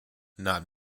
not